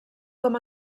com